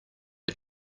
are